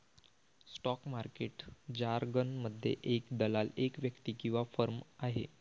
stock market जारगनमध्ये, एक दलाल एक व्यक्ती किंवा फर्म आहे